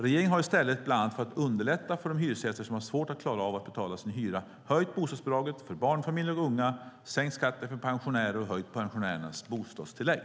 Regeringen har i stället, bland annat för att underlätta för de hyresgäster som har svårt att klara av att betala sin hyra, höjt bostadsbidraget för barnfamiljer och unga, sänkt skatten för pensionärer och höjt pensionärernas bostadstillägg.